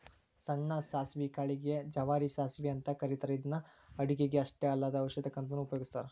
ಸಣ್ಣ ಸಾಸವಿ ಕಾಳಿಗೆ ಗೆ ಜವಾರಿ ಸಾಸವಿ ಅಂತ ಕರೇತಾರ ಇವನ್ನ ಅಡುಗಿಗೆ ಅಷ್ಟ ಅಲ್ಲದ ಔಷಧಕ್ಕಂತನು ಉಪಯೋಗಸ್ತಾರ